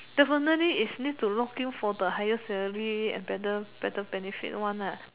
definitely is need to looking for the higher salary and better better benefit one